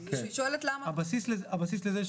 הבסיס לזה,